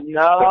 no